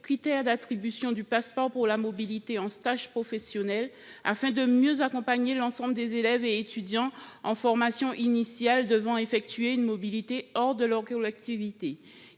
critères d’attribution du passeport pour la mobilité en stage professionnel, afin de mieux accompagner l’ensemble des élèves et étudiants en formation initiale devant effectuer une mobilité hors de leur collectivité.